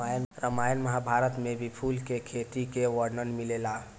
रामायण महाभारत में भी फूल के खेती के वर्णन मिलेला